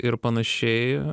ir panašiai